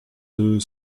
deux